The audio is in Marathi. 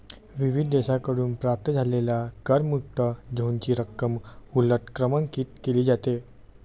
विविध देशांकडून प्राप्त झालेल्या करमुक्त झोनची रक्कम उलट क्रमांकित केली जाते